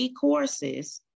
courses